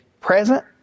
present